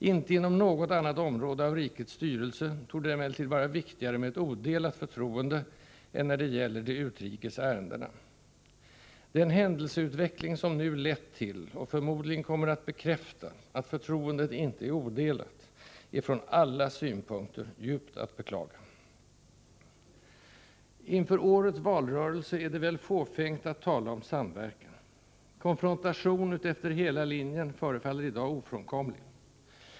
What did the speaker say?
Inte inom något annat område av rikets styrelse torde det emellertid vara viktigare med ett odelat förtroende än när det gäller de utrikes ärendena. Den händelseutveckling som nu lett till — och förmodligen kommer att bekräfta — att förtroendet inte är odelat är från alla synpunkter att djupt beklaga. Inför årets valrörelse är det väl fåfängt att tala om samverkan. Konfrontation utefter hela linjen förefaller i dag ofrånkomlig.